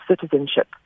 citizenship